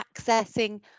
accessing